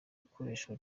ikoreshwa